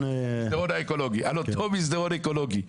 מסדרון אקולוגי.